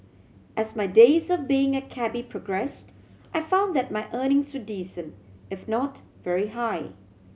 as my days of being a cabby progressed I found that my earnings were decent if not very high